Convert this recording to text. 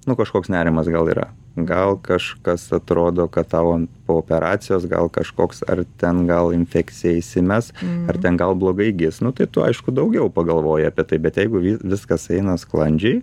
nu kažkoks nerimas gal yra gal kažkas atrodo kad tavo po operacijos gal kažkoks ar ten gal infekcija įsimes ar ten gal blogai gis nu tai tu aišku daugiau pagalvoji apie tai bet jeigu viskas eina sklandžiai